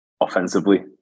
Offensively